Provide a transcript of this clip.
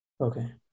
Okay